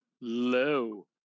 low